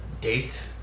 date